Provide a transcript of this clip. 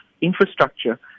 infrastructure